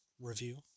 review